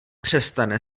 přestane